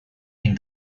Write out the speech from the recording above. been